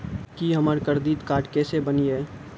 की हमर credit card केसे बनिये?